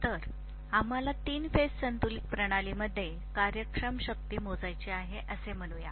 तर आम्हाला तीन फेज संतुलित प्रणालीमध्ये कार्यक्षम शक्ती मोजायची आहे असे म्हणूया